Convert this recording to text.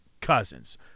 Cousins